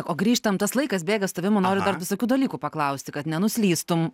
o grįžtam tas laikas bėga su tavim o noriu dar visokių dalykų paklausti kad nenuslystum